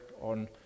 on